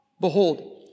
behold